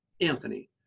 Anthony